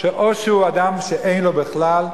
שהוא אדם שאין לו בכלל,